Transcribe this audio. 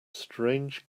strange